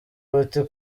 buti